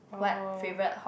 oh